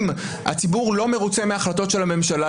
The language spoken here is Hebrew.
אם הציבור לא מרוצה מההחלטות של הממשלה,